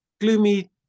gloomy